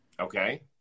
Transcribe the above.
Okay